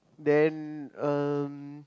then um